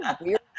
weird